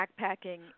backpacking